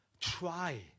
try